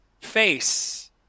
face